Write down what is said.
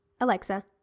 Alexa